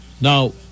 Now